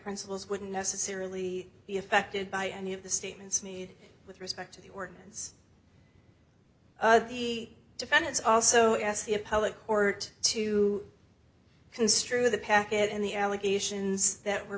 principles wouldn't necessarily be affected by any of the statements made with respect to the ordinance the defendants also asked the appellate court to construe the packet and the allegations that were